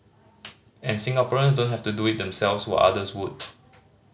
and Singaporeans don't have to do it themselves when others would